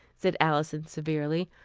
said alison severely.